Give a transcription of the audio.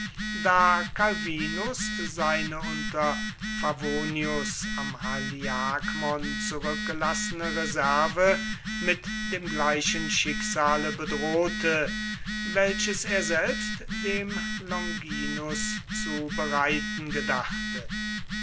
calvinus seine unter favonius am haliakmon zurückgelassene reserve mit dem gleichen schicksale bedrohte welches er selbst dem longinus zu bereiten gedachte